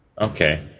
okay